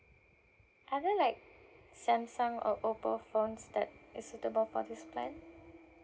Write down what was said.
are there like Samsung or Oppo phones that is suitable for this plan